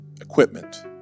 equipment